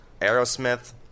aerosmith